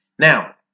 Now